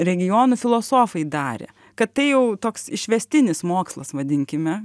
regionų filosofai darė kad tai jau toks išvestinis mokslas vadinkime